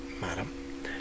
madam